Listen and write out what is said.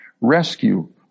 Rescue